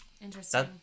interesting